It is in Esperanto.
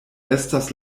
estas